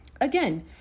Again